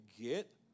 get